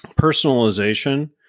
personalization